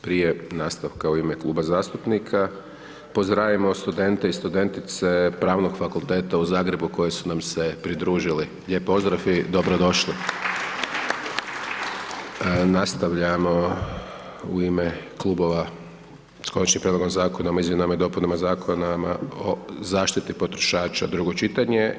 Prije nastavka, u ime kluba zastupnika, pozdravimo studente i studentice Pravnog fakulteta u Zagreba koji su nam se pridružili, lijep pozdrav i dobro došli!... Nastavljamo u ime klubova s Konačnim prijedlogom Zakona o izmjenama i dopunama Zakona o zaštiti potrošača, drugo čitanje.